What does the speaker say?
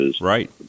right